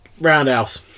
Roundhouse